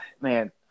man